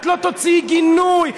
את לא תוציאי גינוי.